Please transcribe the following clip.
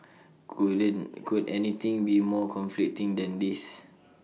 couldn't could anything be more conflicting than this